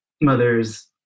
mother's